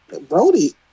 Brody